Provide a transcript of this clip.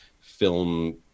film